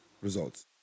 results